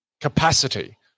capacity